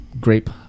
grape